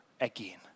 again